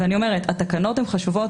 התקנות חשובות,